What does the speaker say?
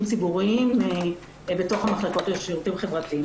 ציבוריים בתוך המחלקות לשירותים החברתיים.